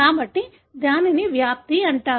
కాబట్టి దానిని వ్యాప్తి అంటారు